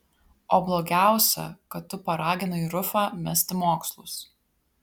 o blogiausia kad tu paraginai rufą mesti mokslus